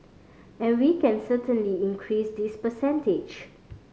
and we can certainly increase this percentage